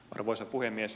arvoisa puhemies